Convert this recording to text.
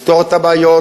לפתור את הבעיות,